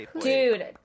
Dude